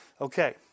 Okay